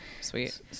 Sweet